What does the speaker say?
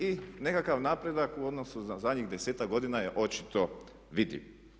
I nekakav napredak u odnosu na zadnjih 10-ak godina je očito vidljiv.